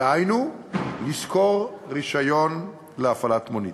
דהיינו לשכור רישיון להפעלת מונית.